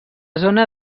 zona